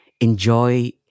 enjoy